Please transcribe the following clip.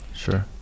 sure